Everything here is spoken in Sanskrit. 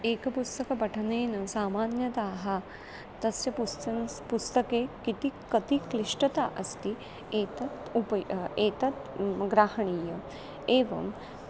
एकपुस्तकपठनेन सामान्यतः तस्य पुस्तकस्य पुस्तके कति कति क्लिष्टता अस्ति एतत् उभयं एतत् ग्रहणीयम् एवम्